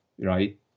right